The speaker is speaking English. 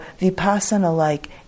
vipassana-like